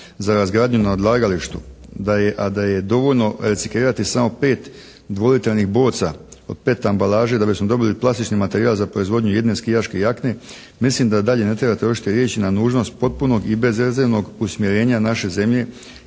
za razgradnju na odlagalištu, a da je dovoljno reciklirati samo 5 dvolitrenih boca od … /Govornik se ne razumije./ … ambalaže da bismo dobili plastični materijal za proizvodnju jedne skijaške jakne mislim da dalje ne treba trošiti riječi na nužnost potpuno i bezrezervnog usmjerenja naše zemlje